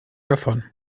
davon